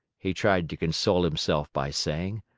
he tried to console himself by saying.